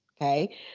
okay